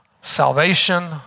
salvation